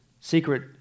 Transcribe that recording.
secret